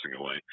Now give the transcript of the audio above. away